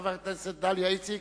חברת הכנסת דליה איציק,